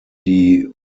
die